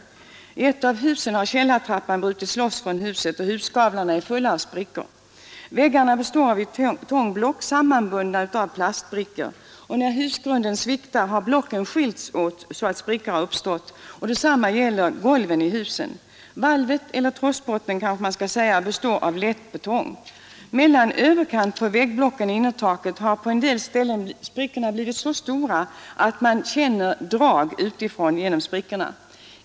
I ett av husen har källartrappan brutits loss från huset. Husgavlarna är fulla av sprickor. Väggarna består av Ytongblock, sammanbundna av plastbrickor. När husgrunden sviktat har blocken skilts åt så att sprickor uppstått. Detsamma gäller golven i husen. Valvet — eller trossbotten kanske man skall säga består av lättbetong. Mellan överkant på väggblocken och innertaket har på en del ställen sprickorna blivit så stora att man känner drag utifrån genom sprickorna.